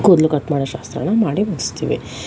ಕೂದಲು ಕಟ್ ಮಾಡೋ ಶಾಸ್ತ್ರಾನ ಮಾಡಿ ಮುಗಿಸ್ತೀವಿ